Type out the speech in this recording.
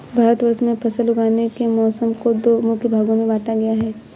भारतवर्ष में फसल उगाने के मौसम को दो मुख्य भागों में बांटा गया है